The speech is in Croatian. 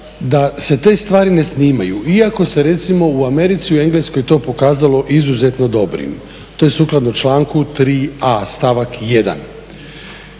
da se te stvari ne snimaju iako se recimo u Americi i u Engleskoj to pokazalo izuzetno dobrim, to je sukladno članku 3a, stavak 1.